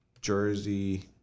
Jersey